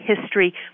history